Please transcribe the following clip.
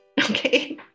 Okay